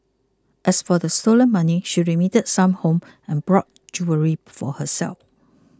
as for the stolen money she remitted some home and brought jewellery for herself